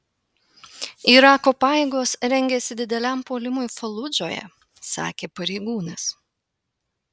irako pajėgos rengiasi dideliam puolimui faludžoje sakė pareigūnas